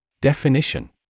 Definition